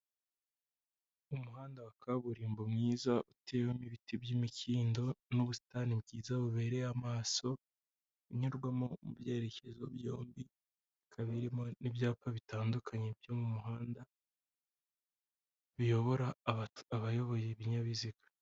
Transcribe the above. Umuhanda wa kaburimbo mwiza utewemo ibiti by'imikindo n'ubusitani bwiza bubereye amaso, unyurwamo mu byerekezo byombi, ukaba urimo n'ibyapa bitandukanye byo mu muhanda, biyobora abayoboye ibinyabiziga.